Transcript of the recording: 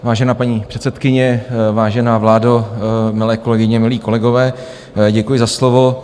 Vážená paní předsedkyně, vážená vládo, milé kolegyně, milí kolegové, děkuji za slovo.